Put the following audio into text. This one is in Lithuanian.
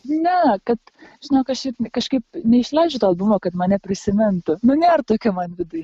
ne kad žinok aš šiaip kažkaip neišleidžiu to albumo kad mane prisimintų nu nėr tokio man viduj